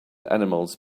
animals